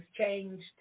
changed